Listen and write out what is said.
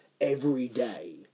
everyday